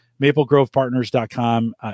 MapleGrovePartners.com